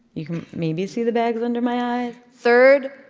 you can maybe see the bags under my eyes third,